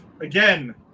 Again